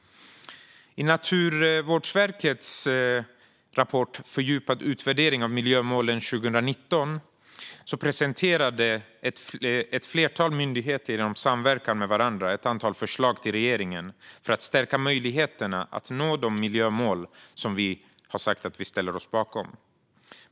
I Naturvårdsverkets rapport Fördjupad utvärdering av miljömålen 2019 presenterade ett flertal myndigheter genom samverkan med varandra ett antal förslag till regeringen för att stärka möjligheterna att nå de miljömål som vi har sagt att vi ställer oss bakom.